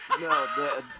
No